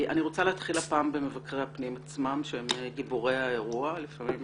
אני רוצה להתחיל הפעם במבקרי הפנים עצמם שהם גיבורי האירוע ולפעמים